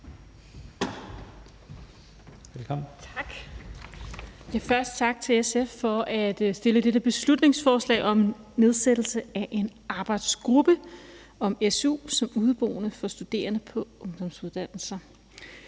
(DD): Tak. Først tak til SF for at fremsætte dette beslutningsforslag om nedsættelse af en arbejdsgruppe om su for udeboende studerende på ungdomsuddannelser.